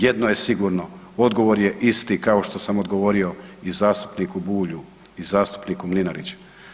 Jedno je sigurno, odgovor je isti kao što sam odgovorio i zastupniku Bulju i zastupniku Mlinariću.